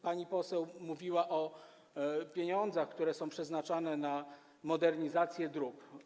Pani poseł mówiła o pieniądzach, które są przeznaczane na modernizację dróg.